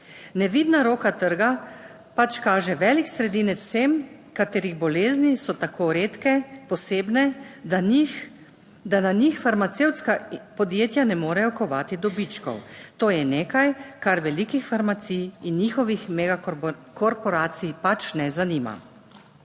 Nevidna roka trga pač kaže velik sredinec vsem, katerih bolezni so tako redke, posebne, da na njih farmacevtska podjetja ne morejo kovati dobičkov; to je nekaj, kar velikih farmacij in njihovih mega korporacij pač ne zanima.